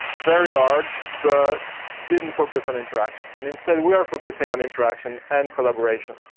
very large but didn't focus on interaction. and instead we are focusing on interaction and collaboration.